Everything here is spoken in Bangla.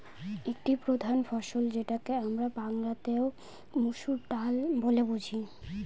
একটি প্রধান ফসল যেটাকে আমরা বাংলাতে মসুর ডাল বলে বুঝি